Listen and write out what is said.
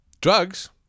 drugs